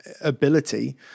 ability